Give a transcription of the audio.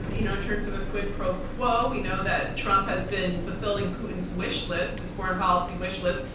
um you know in terms of a quid pro quo, we know that trump has been fulfilling putin's wishlist, his foreign policy wishlist,